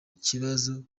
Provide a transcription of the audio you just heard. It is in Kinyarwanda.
kibazo